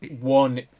one